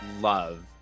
love